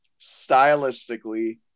stylistically